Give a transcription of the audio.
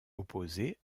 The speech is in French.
opposée